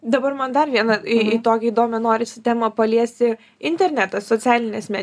dabar man dar vieną į į tokią įdomią norisi temą paliesti internetas socialinės med